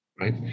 right